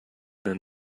been